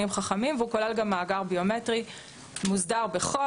חכמים והוא כולל גם מאגר ביומטרי מוסדר בחוק.